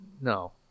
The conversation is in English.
no